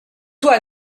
toi